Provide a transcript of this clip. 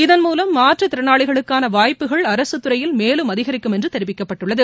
இதன்மூலம் மாற்றுத்திறனாளிகளுக்கான வாய்ப்புகள் அரசுத்துறையில் மேலும் அதிகரிக்கும் என்று தெரிவிக்கப்பட்டுள்ளது